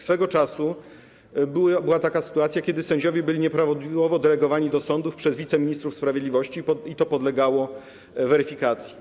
Swego czasu była taka sytuacja, kiedy sędziowie byli nieprawidłowo delegowani do sądów przez wiceministrów sprawiedliwości i to podlegało weryfikacji.